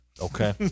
Okay